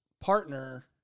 partner